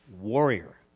warrior